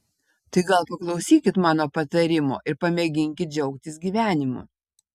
tai gal paklausykit mano patarimo ir pamėginkit džiaugtis gyvenimu